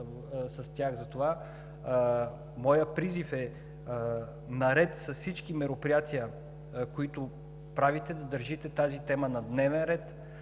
с тях. Затова моят призив е: наред с всички мероприятия, които правите, да държите тази тема на дневен ред,